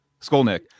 Skolnick